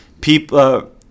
People